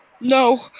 No